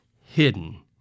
hidden